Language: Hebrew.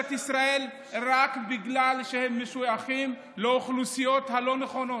ישראל רק בגלל שהם משויכים לאוכלוסיות הלא-נכונות,